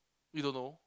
you don't know